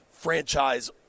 Franchise